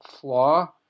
flaw